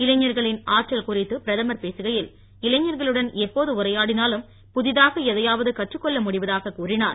இளைஞர்களின் ஆற்றல் குறித்து பிரதமர் பேசுகையில் இளைஞர்களுடன் எப்போது உரையாடினாலும் புதிதாக எதையாவது கற்றுக் கொள்ள முடிவதாக கூறினார்